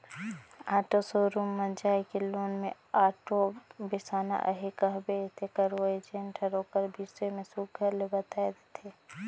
auto showroom म जाए के लोन में आॅटो बेसाना अहे कहबे तेकर ओ एजेंट हर ओकर बिसे में सुग्घर ले बताए देथे